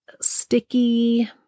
sticky